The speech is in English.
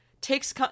takes